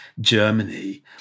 Germany